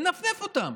מנפנף אותן,